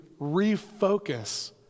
refocus